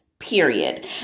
Period